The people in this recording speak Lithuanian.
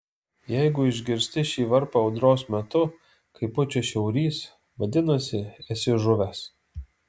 jeigu išgirsti šį varpą audros metu kai pučia šiaurys vadinasi esi žuvęs